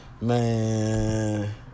Man